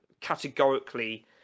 categorically